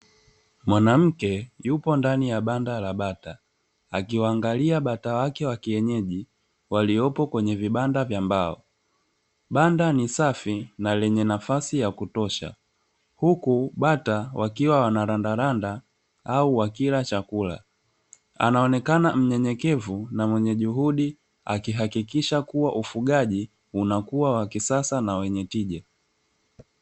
Mwanamke yuko ndani ya banda la bata akiwaangalia bata wake wa kienyeji waliopo kwenye vibanda vya mbao. Banda ni safi na lenye nafasi ya kutosha, huku bata wakiwa wanarandaranda au wakila chakula. Anaonekana mnyenyekevu na mwenye juhudi akihakikisha kuwa ufugaji unakuwa wa kisasa na wenye tija.